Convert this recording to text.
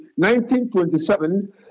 1927